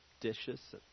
dishes